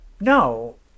No